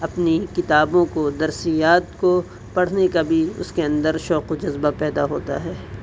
اپنی کتابوں کو درسیات کو پڑھنے کا بھی اس کے اندرشوق و جذبہ پیدا ہوتا ہے